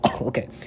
okay